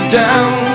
down